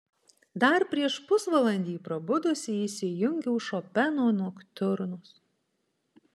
dar prieš pusvalandį prabudusi įsijungiau šopeno noktiurnus